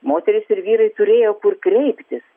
moterys ir vyrai turėjo kur kreiptis